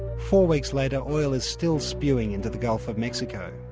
four weeks later, oil is still spewing into the gulf of mexico.